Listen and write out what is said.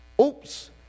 Oops